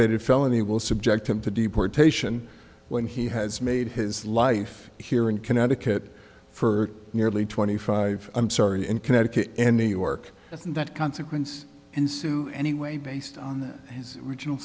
aggravated felony will subject him to deportation when he has made his life here in connecticut for nearly twenty five i'm sorry in connecticut in new york that consequence and sue anyway based on his original